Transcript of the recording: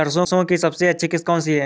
सरसो की सबसे अच्छी किश्त कौन सी है?